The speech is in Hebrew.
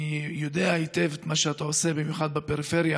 אני יודע היטב את מה שאתה עושה, במיוחד בפריפריה,